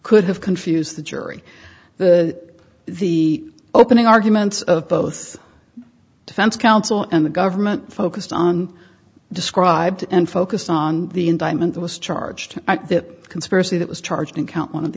could have confused the jury that the opening arguments of both defense counsel and the government focused on described and focused on the indictment that was charged that conspiracy that was charged in count one of the